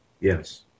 yes